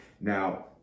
now